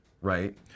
right